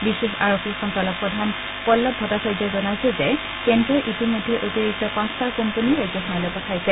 বিশেষ আৰক্ষী সঞ্চালক প্ৰধান পল্লব ভট্টাচাৰ্য্হি জনাইছে যে কেন্দ্ৰই ইতিমধ্যে অতিৰিক্তা পাঁচটা কোম্পানী ৰাজ্যখনলৈ পঠাইছে